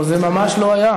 לא, זה ממש לא היה.